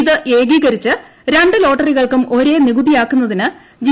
ഇത് ഏകീകരിച്ച് രണ്ടു ലോട്ടറികൾക്കും ഒരേ നികുതിയാക്കുന്നതിന് ജി